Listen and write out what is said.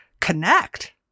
connect